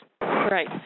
Right